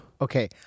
Okay